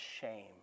shame